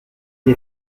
est